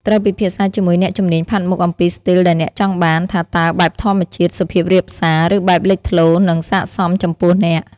ត្រូវពិភាក្សាជាមួយអ្នកជំនាញផាត់មុខអំពីស្ទីលដែលអ្នកចង់បាន ថាតើបែបធម្មជាតិ សុភាពរាបសា ឬបែបលេចធ្លោនឹងសាកសមចំពោះអ្នក ។